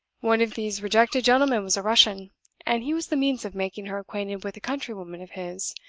one of these rejected gentlemen was a russian and he was the means of making her acquainted with a countrywoman of his,